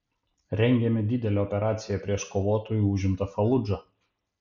rengiame didelę operaciją prieš kovotojų užimtą faludžą